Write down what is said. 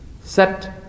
set